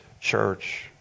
church